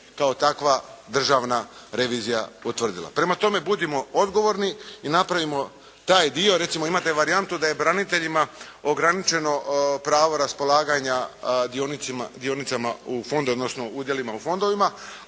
kao takva državna revizija potvrdila. Prema tome, budimo odgovorni i napravimo taj dio. Recimo, imate varijantu da je braniteljima ograničeno pravo raspolaganja dionicama u fondovima, odnosno udjela u fondovima